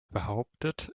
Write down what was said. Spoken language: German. behauptet